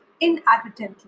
inadvertently